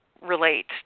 relate